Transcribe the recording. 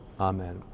amen